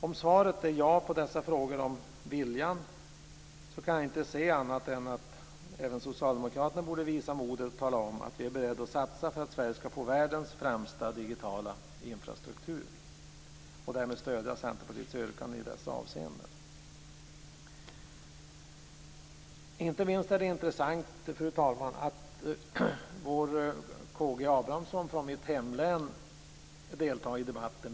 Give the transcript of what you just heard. Om svaret är ja på dessa frågor om viljan kan jag inte se annat än att även socialdemokraterna borde visa modet att tala om att de är beredda att satsa för att Sverige skall få världens främsta digitala infrastruktur och därmed stödja Centerpartiets yrkanden i dessa avseenden. Fru talman! Inte minst är det intressant att konstatera att K G Abramsson, som kommer från mitt hemlän, deltar i debatten.